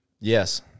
Yes